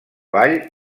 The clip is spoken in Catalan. ball